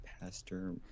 Pastor